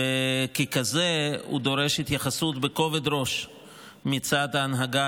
וככזה הוא דורש התייחסות בכובד ראש מצד ההנהגה